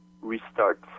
restart